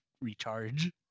recharge